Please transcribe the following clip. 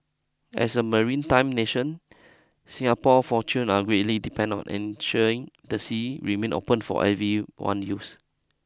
as a marine time nation Singapore fortune are greatly depend on ensuring the sea remain open for everyone use